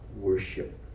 worship